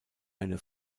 eine